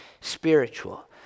spiritual